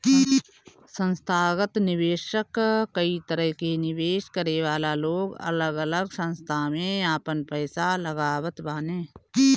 संथागत निवेशक कई तरह के निवेश करे वाला लोग अलग अलग संस्था में आपन पईसा लगावत बाने